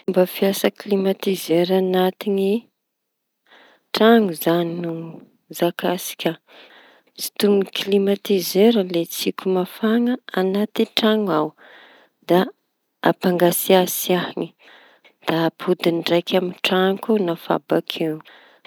Ny fomba fiasa klimatizera añatñy traño zañy no zakasika. Sintomiñy klimatizera lay tsioky mafaña añaty traño ao da ampangatsiatsiañy da ampodiñy ndraiky aminy traño koa bakeo.